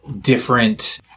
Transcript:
different